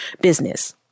business